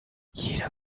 jeder